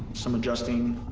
some adjusting.